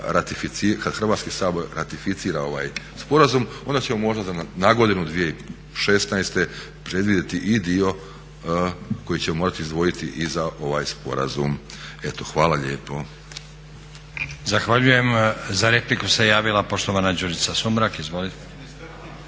Hrvatski sabor ratificira ovaj sporazum onda ćemo možda nagodinu 2016. predvidjeti i dio koji ćemo morati izdvojiti i za ovaj sporazum. Eto, hvala lijepo. **Stazić, Nenad (SDP)** Zahvaljujem. Za repliku se javila poštovana Đurđica Sumrak, izvolite.